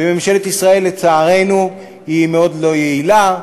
וממשלת ישראל, לצערנו, היא מאוד לא יעילה,